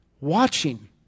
watching